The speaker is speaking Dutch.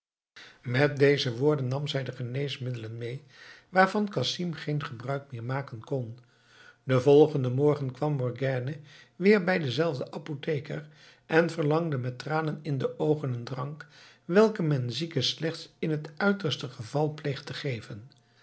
met deze woorden nam zij de geneesmiddelen mee waarvan casim geen gebruik meer maken kon den volgenden morgen kwam morgiane weer bij denzelfden apotheker en verlangde met tranen in de oogen een drank welken men zieken slechts in t uiterste geval pleegt te geven